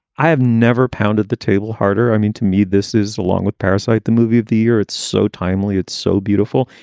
i have never pounded the table harder. i mean, to me, this is along with parasyte the movie of the year. it's so timely, it's so beautiful.